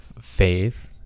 faith